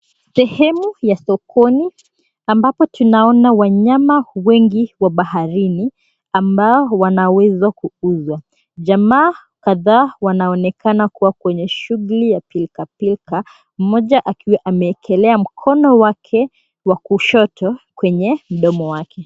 Sehemu ya sokoni ambapo tunaona wanyama wengi wa baharini, ambao wanaweza kuuzwa. Jamaa kadhaa wanaonekana kuwa kwenye shughuli ya pilkapilka mmoja akiwa ameekelea mkono wake wa kushoto kwenye mdomo wake.